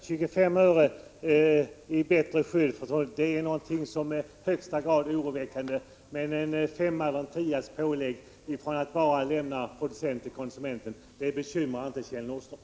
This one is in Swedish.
Herr talman! Återigen: Denna 25-öring för ett bättre tullskydd är något som i högsta grad oroar Kjell Nordström, men en femmas eller tias pålägg på varan mellan producentledet och konsumentledet bekymrar inte Kjell Nordström.